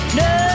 no